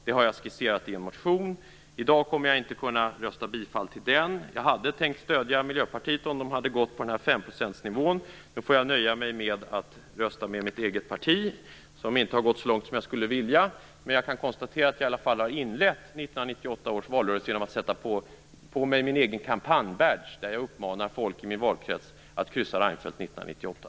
Det har jag skisserat i en motion. I dag kommer jag inte att yrka bifall till den motionen. Jag hade tänkt stödja Miljöpartiet om man hade gått på femprocentsnivån. Nu får jag nöja mig med att rösta med mitt eget parti, som inte har gått så långt som jag skulle vilja. Jag kan konstatera att jag i alla fall har inlett 1998 års valrörelse genom att sätta på mig min egen kampanj-badge, där jag uppmanar folk i min valkrets att kryssa för Reinfeldt 1998.